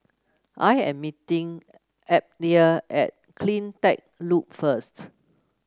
I am meeting Abdiel at CleanTech Loop first